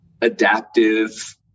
adaptive